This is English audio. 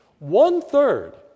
One-third